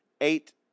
eight